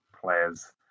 players